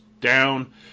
down